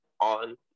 on